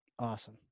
Awesome